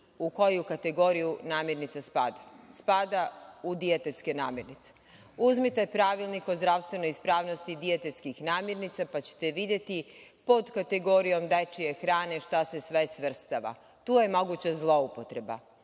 u koju kategoriju namirnica spada. Spada u dijetetske namirnice. Uzmite Pravilnik o zdravstvenoj ispravnosti dijetetskih namirnica, pa ćete videti pod kategorijom dečije hrane šta se sve svrstava. Tu je moguća zloupotreba. Upravo